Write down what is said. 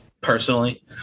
personally